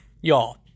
Y'all